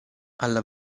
alla